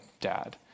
dad